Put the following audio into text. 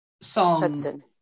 song